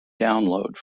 download